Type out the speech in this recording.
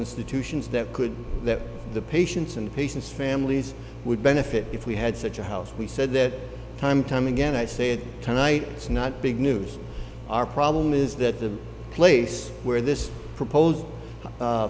institutions that could be that the patients and patients families would benefit if we had such a house we said that time time again i said tonight it's not big news our problem is that the place where this proposed